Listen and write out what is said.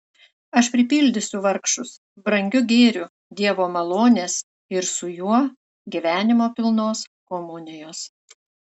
aš pripildysiu vargšus brangiu gėriu dievo malonės ir su juo gyvenimo pilnos komunijos